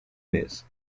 mês